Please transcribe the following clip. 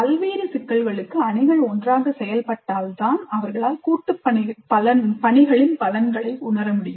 பல்வேறு சிக்கல்களுக்கு அணிகள் ஒன்றாக செயல்பட்டால் தான் அவர்களால்கூட்டு பணிகளின் பலன்களை உணர முடியும்